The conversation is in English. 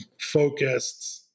focused